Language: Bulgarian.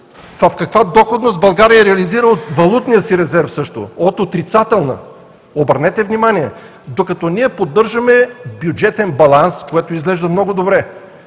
В каква доходност България също реализира валутния си резерв? От отрицателна, обърнете внимание, докато ние поддържаме бюджетен баланс, което изглежда много добре,